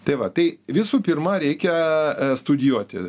tai va tai visų pirma reikia studijuoti